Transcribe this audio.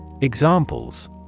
Examples